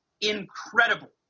incredible